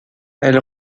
elle